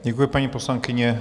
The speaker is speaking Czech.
Děkuji, paní poslankyně.